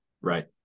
right